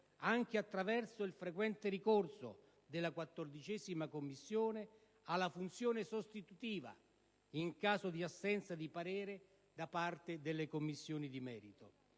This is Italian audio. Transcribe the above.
anche attraverso il frequente ricorso della 14a Commissione alla funzione sostitutiva in caso di assenza di parere da parte delle Commissioni di merito.